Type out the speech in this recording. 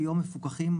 המידע,